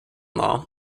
law